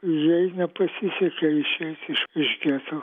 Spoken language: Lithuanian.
jai nepasisekė išeiti iš iš geto